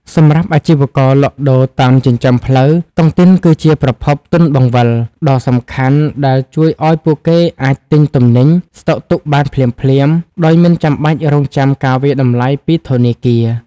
សម្រាប់អាជីវករលក់ដូរតាមចិញ្ចើមផ្លូវ តុងទីនគឺជាប្រភព "ទុនបង្វិល" ដ៏សំខាន់ដែលជួយឱ្យពួកគេអាចទិញទំនិញស្តុកទុកបានភ្លាមៗដោយមិនបាច់រង់ចាំការវាយតម្លៃពីធនាគារ។